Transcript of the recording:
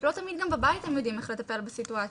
לא תמיד גם בבית יודעים איך לטפל בסיטואציה,